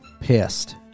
Pissed